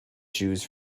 shoes